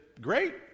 great